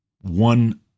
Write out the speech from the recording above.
one